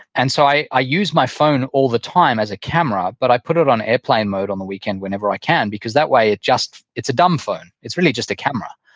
and so i i use my phone all the time as a camera, but i put it on airplane mode on the weekend whenever i can because that way it's just, it's a dumb phone. it's really just a camera,